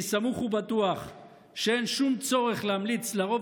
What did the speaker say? אני סמוך ובטוח שאין שום צורך להמליץ לרוב